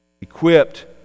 equipped